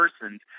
persons